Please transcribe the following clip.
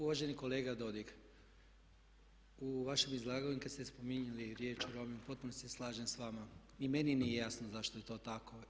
Uvaženi kolega Dodig, u vašem izlaganju kada se spominjali riječ Romi, u potpunosti se slažem s vama, ni meni nije jasno zašto je to tako.